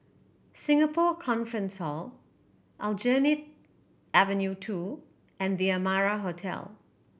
Singapore Conference Hall Aljunied Avenue Two and The Amara Hotel